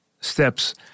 steps